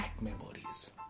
memories